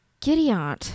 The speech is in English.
gideon